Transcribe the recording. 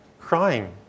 crying